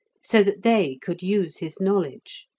so that they could use his knowledge.